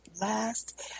last